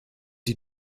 die